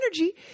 energy